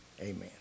amen